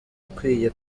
akwiye